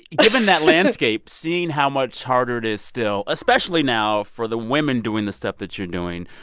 given that landscape, seeing how much harder it is still, especially now for the women doing the stuff that you're doing.